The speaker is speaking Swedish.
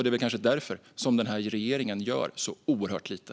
Det är kanske därför som denna regering gör så oerhört lite.